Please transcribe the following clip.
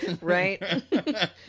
Right